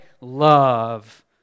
love